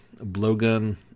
blowgun